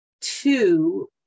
Two